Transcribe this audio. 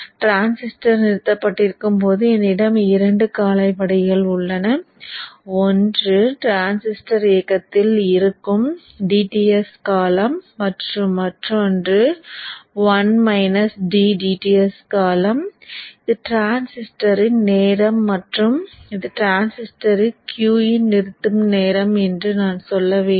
transistor நிறுத்தப் பட்டிருக்கும் போது என்னிடம் இரண்டு கால இடைவெளிகள் உள்ளன ஒன்று டிரான்சிஸ்டர் இயக்கத்தில் இருக்கும் dTs காலம் மற்றும் மற்றொன்று Ts காலம் இது டிரான்சிஸ்டரின் நேரம் மற்றும் இது டிரான்சிஸ்டர் Q இன் நிறுத்தும் நேரம் என்று நான் சொல்ல வேண்டும்